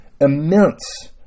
immense